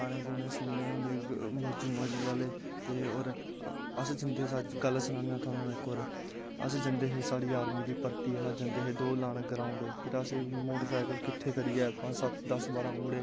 गाने गूनें सुनने होंदे मौजू माजू आह्ले ते अस जंदे सच गल्ल सनाना तोआनू इक होर अस जंदे हे साढ़ी आर्मी दी भर्थी हाी दौड़ लान ग्राउंड़ फिर अस मोटर सैकल किट्ठे करियै पंज सत दस